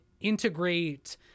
integrate